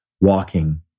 walking